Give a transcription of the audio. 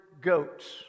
goats